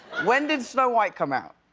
when did snow white come out?